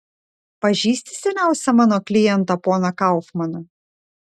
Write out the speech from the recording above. pažįsti seniausią mano klientą poną kaufmaną